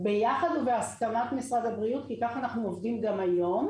ביחד ובהסכמת משרד הבריאות כי כך אנחנו עובדים גם היום,